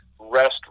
rest